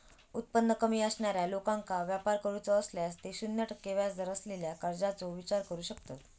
उत्पन्न कमी असणाऱ्या लोकांका व्यापार करूचो असल्यास ते शून्य टक्के व्याजदर असलेल्या कर्जाचो विचार करू शकतत